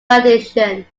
addition